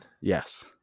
Yes